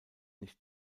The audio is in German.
nicht